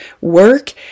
work